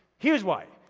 here's why.